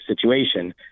situation